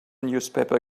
newspaper